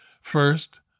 First